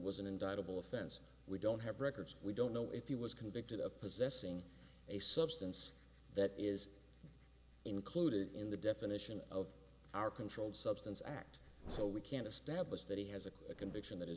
offense we don't have records we don't know if he was convicted of possessing a substance that is included in the definition of our controlled substance act so we can establish that he has a conviction that is